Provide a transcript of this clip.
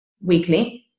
weekly